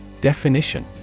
Definition